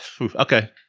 Okay